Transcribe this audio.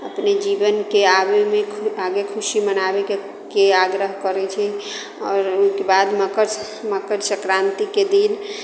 अपने जीवनके आगेमे आगे खुशी मनाबयके आग्रह करैत छै आओर ओहिके बाद मकर मकर संक्रान्तिके दिन